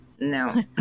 no